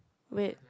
wait